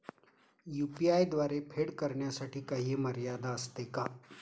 UPI द्वारे फेड करण्यासाठी काही मर्यादा असते का?